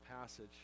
passage